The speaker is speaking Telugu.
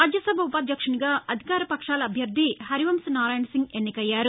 రాజ్యసభ ఉపాధ్యక్షునిగా అధికార పక్షాల అభ్యర్ధి హరివంశ్ నారాయణ సింగ్ ఎన్నికయ్యారు